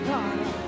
God